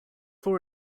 four